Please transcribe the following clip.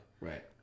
Right